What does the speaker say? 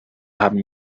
haben